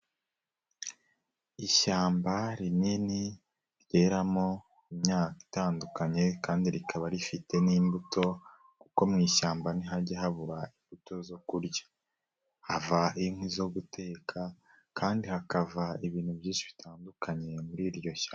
Ishyamba rinini ryeramo imyaka itandukanye kandi rikaba rifite n'imbuto kuko mu ishyamba ntihajya habura imbuto zo kurya, hava inkwi zo guteka kandi hakava ibintu byinshi bitandukanye muri iryo shyamba.